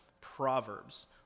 proverbs